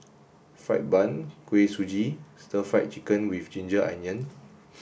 fried bun Kuih Suji and stir fried chicken with ginger onion